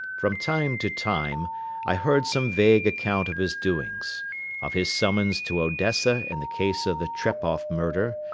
from time to time i heard some vague account of his doings of his summons to odessa in the case of the trepoff murder,